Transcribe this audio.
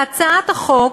בהצעת החוק,